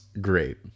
great